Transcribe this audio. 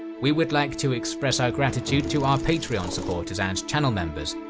we would like to express our gratitude to our patreon supporters and channel members,